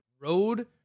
Road